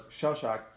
Shellshock